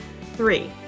Three